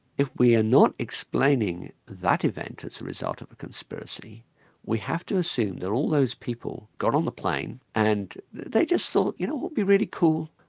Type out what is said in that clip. if we are not explaining that event as a result of a conspiracy we have to assume that all those people got on the plane and they just thought, you know what would be really cool,